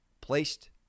Placed